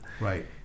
Right